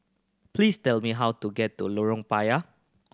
please tell me how to get to Lorong Payah